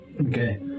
Okay